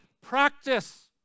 practice